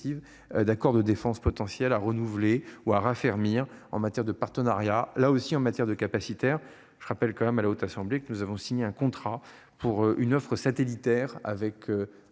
d'accord de défense potentiel à renouveler ou à raffermir en matière de partenariat là aussi en matière de capacitaire. Je rappelle quand même à la Haute Assemblée, que nous avons signé un contrat pour une offre satellitaire avec. En